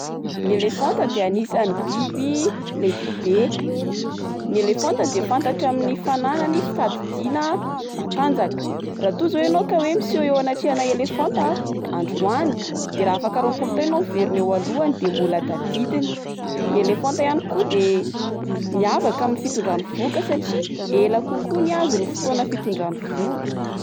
Ny elefanta de anisan'ny biby lehibe, ny elefanta de fantatra amin'ny fananany fitadidiana matanjaka, raha toa zao enao ka oe miseho eo anatrehana elefanta a androany de raha afaka roapolo taona enao miverina eo aloany de mbola tadidiny, ny elefanta iany koa de miavaka amin'ny fitondrany vohoka satria ela kokoa ny azy ny fitondrany vohoka.